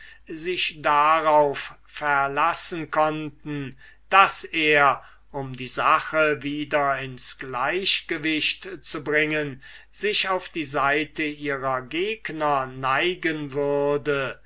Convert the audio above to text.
sich darauf verlassen konnten daß er um die sachen wieder ins gleichgewicht zu bringen sich auf die seite ihrer gegner neigen würde